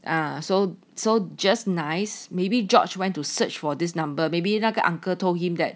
I'm so so just nice maybe george went to search for this number maybe 那个 uncle told him that